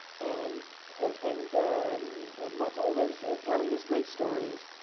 and and but was ah telling his great stories,